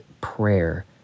prayer